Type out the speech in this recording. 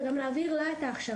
וגם להעביר לה את ההכשרה,